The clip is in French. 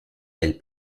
elle